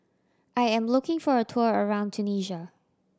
I am looking for a tour around Tunisia